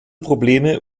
probleme